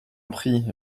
prie